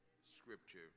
scripture